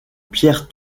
pierre